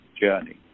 journey